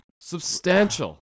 Substantial